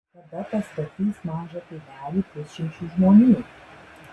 kada pastatys mažą kaimelį pusšimčiui žmonių